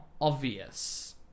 obvious